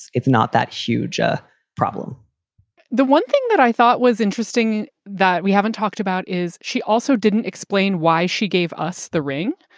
it's not that huge a problem the one thing that i thought was interesting that we haven't talked about is she also didn't explain why she gave us the ring.